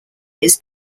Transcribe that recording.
his